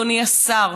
אדוני השר,